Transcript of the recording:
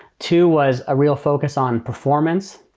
two was a real focus on performance.